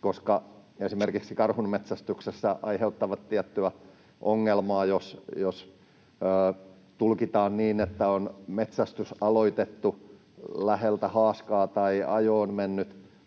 koska esimerkiksi karhunmetsästyksessä ne aiheuttavat tiettyä ongelmaa: jos tulkitaan niin, että on metsästys aloitettu läheltä haaskaa tai ajo on mennyt